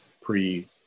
pre